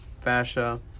fascia